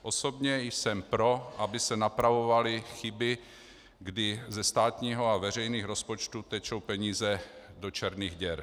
Osobně jsem pro, aby se napravovaly chyby, kdy ze státního a veřejných rozpočtů tečou peníze do černých děr.